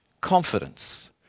confidence